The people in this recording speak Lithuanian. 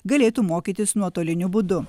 galėtų mokytis nuotoliniu būdu